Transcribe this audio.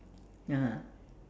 (uh huh)